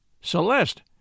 Celeste